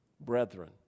brethren